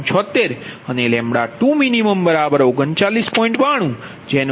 92જેનો અર્થ છે 2min1min